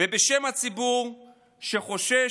בשם הציבור שחושש